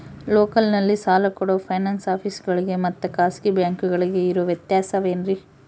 ಲೋಕಲ್ನಲ್ಲಿ ಸಾಲ ಕೊಡೋ ಫೈನಾನ್ಸ್ ಆಫೇಸುಗಳಿಗೆ ಮತ್ತಾ ಖಾಸಗಿ ಬ್ಯಾಂಕುಗಳಿಗೆ ಇರೋ ವ್ಯತ್ಯಾಸವೇನ್ರಿ?